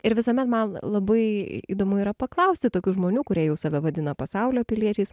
ir visuomet man labai įdomu yra paklausti tokių žmonių kurie jau save vadina pasaulio piliečiais